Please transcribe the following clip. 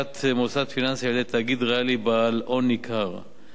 להחזקת מוסד פיננסי על-ידי תאגיד ריאלי בעל הון ניכר.